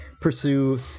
pursue